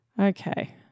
Okay